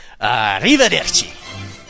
Arrivederci